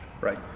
right